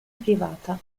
privata